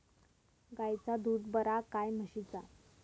गायचा दूध बरा काय म्हशीचा?